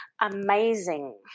amazing